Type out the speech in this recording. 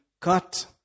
cut